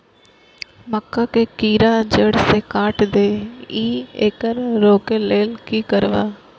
मक्का के कीरा जड़ से काट देय ईय येकर रोके लेल की करब?